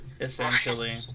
essentially